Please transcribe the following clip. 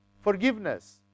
forgiveness